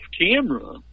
camera